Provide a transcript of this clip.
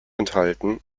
enthalten